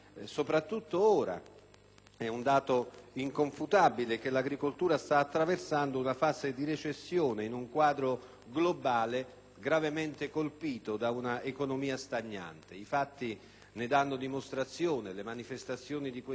è un dato inconfutabile che l'agricoltura sta attraversando una fase di recessione in un quadro globale gravemente colpito da una economia stagnante. I fatti ne danno dimostrazione: le manifestazioni di questi giorni, su iniziativa di